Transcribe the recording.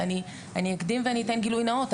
אני אקדים ואני אתן גילוי נאות,